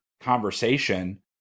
conversation